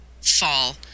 fall